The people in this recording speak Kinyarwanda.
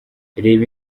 reba